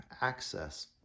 access